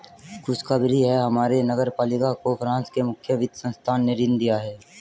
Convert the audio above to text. खुशखबरी है हमारे नगर पालिका को फ्रांस के मुख्य वित्त संस्थान ने ऋण दिया है